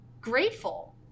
grateful